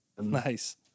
nice